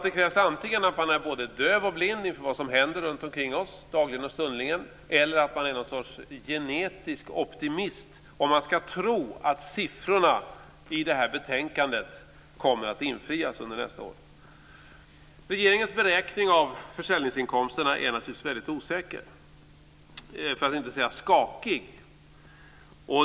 Det krävs antingen att man är både döv och blind för vad som händer runtomkring oss dagligen och stundligen eller att man är någon sorts genetisk optimist om man tror att siffrorna i betänkandet kommer att infrias under nästa år. Regeringens beräkning av försäljningsinkomsterna är naturligtvis väldigt osäker - för att inte säga skakig.